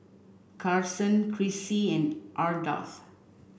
Carson Chrissie and Ardath